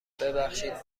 ببخشید